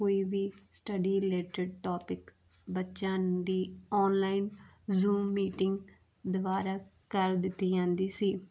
ਕੋਈ ਵੀ study related topic ਬੱਚਿਆਂ ਦੀ ਆਨਲਾਈਨ ਜੂਮ ਮੀਟਿੰਗ ਦੁਆਰਾ ਕਰ ਦਿੱਤੀ ਜਾਂਦੀ ਸੀ